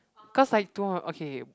cause like tomorrow okay okay